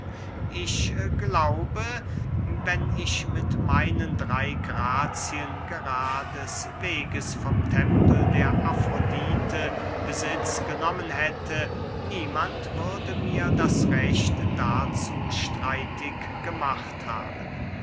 ich glaube wenn ich mit meinen drey grazien gerades weges vom tempel der afrodite besitz genommen hätte niemand würde mir das recht dazu streitig gemacht haben